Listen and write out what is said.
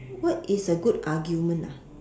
what is a good argument ah